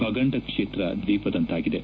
ಭಗಂಡಕ್ಷೇತ್ರ ದ್ವೀಪದಂತಾಗಿದೆ